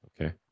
Okay